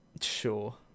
Sure